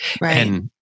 Right